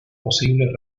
posibles